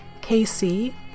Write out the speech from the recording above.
Casey